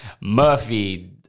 Murphy